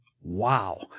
wow